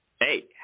hey